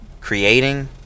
creating